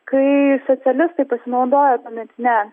kai socialistai pasinaudojo tuometine